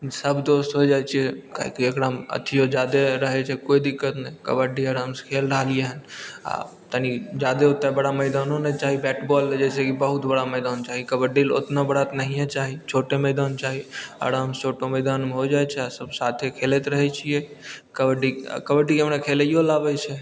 सब दोस्त हो जाइ छिए काहेकि एकरामे अथिओ जादे रहै छै कोइ दिक्कत नहि कबड्डी आरामसे खेल रहलिए हँ आओर तनि जादे ओतेक बड़ा मैदानो नहि चाही बैट बॉलमे जइसेकि बहुत बड़ा मैदान चाही कबड्डीले ओतना बड़ा तऽ नहिए चाही छोटा मैदान चाही आरामसे छोटो मैदानमे हो जाइ छै आओर सब साथे खेलैत रहै छिए कबड्डी कबड्डी हमरा खेलैऔले आबै छै